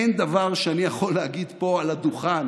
אין דבר שאני יכול להגיד פה על הדוכן